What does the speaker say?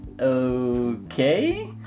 okay